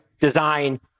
Design